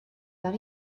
par